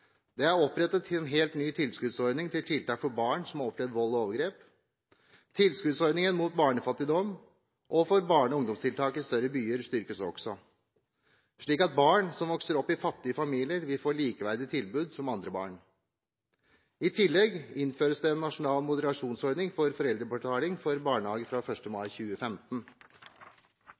Det er opprettet en helt ny tilskuddsordning til tiltak for barn som har opplevd vold og overgrep. Tilskuddsordningen mot barnefattigdom og for barne- og ungdomstiltak i større byer styrkes også, slik at barn som vokser opp i fattige familier, vil få likeverdige tilbud som andre barn. I tillegg innføres det en nasjonal moderasjonsordning for foreldrebetaling for barnehage fra 1. mai 2015.